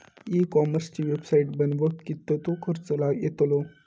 E कॉमर्सची website बनवक किततो खर्च येतलो?